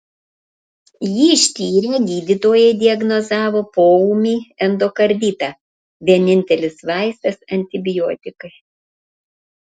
jį ištyrę gydytojai diagnozavo poūmį endokarditą vienintelis vaistas antibiotikai